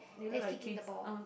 that's kicking the ball